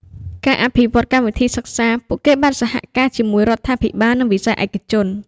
ការអភិវឌ្ឍកម្មវិធីសិក្សាពួកគេបានសហការជាមួយរដ្ឋាភិបាល និងវិស័យឯកជន។